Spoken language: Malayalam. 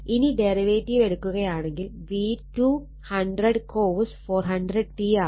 ഇനി ഡെറിവേറ്റീവ് എടുക്കുകയാണെങ്കിൽ v2 100 cos 400 t ആവും